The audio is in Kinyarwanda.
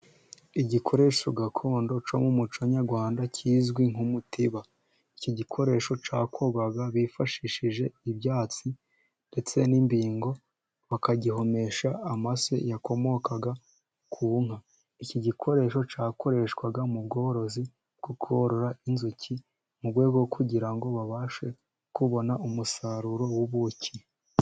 Igikoresho gakondo cyo mu umuco nyarwanda kizwi nk'umutiba, iki gikoresho cyakorwaga bifashishije ibyatsi, ndetse n'imbingo bakagihumesha amase, yakomokaga ku nka iki gikoresho cyakoreshwaga mu bworozi bwo korora inzuki mu rwego kugira ngo babashe kubona umusaruro w'ubuki.